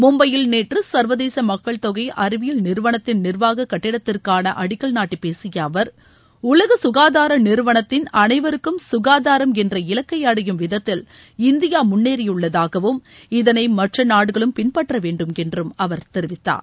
மும்பையில் நேற்று சர்வதேச மக்கள் தொகை அறிவியல் நிறுவனத்தின் நிர்வாக கட்டிடத்திற்கான அடிக்கல் நாட்டி பேசிய அவர் உலக ககாதார நிறுவனத்தின் அனைவருக்கும் சுகாதாரம் என்ற இலக்கை அடையும் விதத்தில் இந்தியா முன்னேறியுள்ளதாகவும் இதனை மற்ற நாடுகளும் பின்பற்ற வேண்டும் என்றும் அவர் தெரிவித்தார்